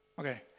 Okay